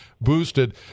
boosted